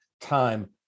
time